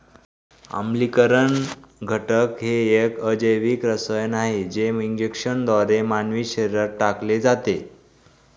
आम्लीकरण घटक हे एक अजैविक रसायन आहे जे इंजेक्शनद्वारे मानवी शरीरात टाकले जाते